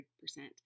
percent